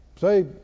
say